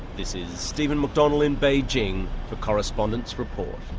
this is stephen mcdonell in beijing for correspondents report.